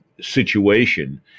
situation